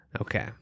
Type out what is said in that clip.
Okay